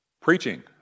Preaching